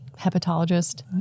Hepatologist